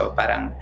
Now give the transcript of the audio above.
parang